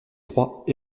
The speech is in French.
froid